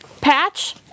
patch